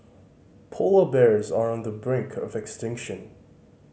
polar bears are on the brink of extinction